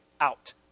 out